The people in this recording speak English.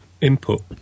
input